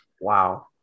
Wow